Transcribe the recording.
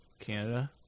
Canada